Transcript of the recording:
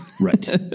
Right